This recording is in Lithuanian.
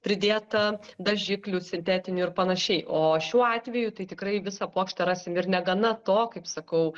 pridėta dažiklių sintetinių ir panašiai o šiuo atveju tai tikrai visą puokštę rasim ir negana to kaip sakau